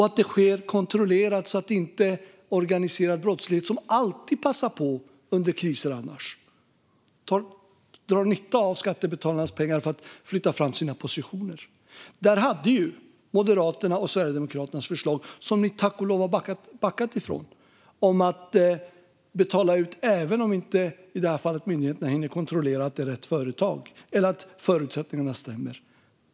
Det ska ske kontrollerat så att inte organiserad brottslighet, som alltid passar på under kriser, drar nytta av skattebetalarnas pengar för att flytta fram sina positioner. Moderaternas och Sverigedemokraternas förslag - som de tack och lov har backat från - var att betala ut även om i det här fallet myndigheterna inte hinner kontrollera att det är rätt företag eller att förutsättningarna stämmer.